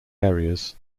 areas